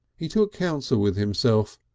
he took counsel with himself.